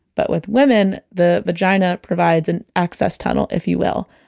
but with women, the vagina provides an access tunnel, if you will.